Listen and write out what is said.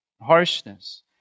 harshness